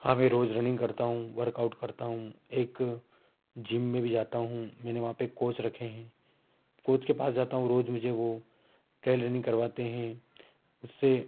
हाँ मैं रोज रनिंग करता हूँ वर्कआउट करता हूँ एक जिम में भी जाता हूँ मैंने वहाँ पर कोच रखे हैं कोच के पास जाता हूँ रोज मुझे वो ट्रैल रनिंग करवाते हैं उससे